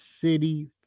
City